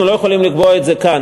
אנחנו לא רוצים לקבוע את זה כאן.